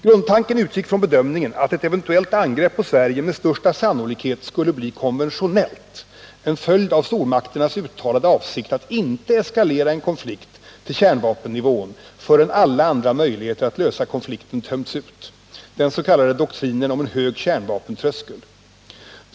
Grundtanken i bedömningen var att ett eventuellt angrepp på Sverige med största sannolikhet skulle bli konventionellt, en följd av stormakternas uttalade avsikt att inte eskalera en konflikt till kärnvapennivån förrän alla andra möjligheter att lösa konflikten tömts ut —den s.k. doktrinen om en hög kärnvapentröskel.